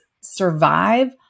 survive